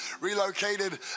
relocated